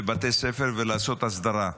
בתי ספר ולעשות הסדרה.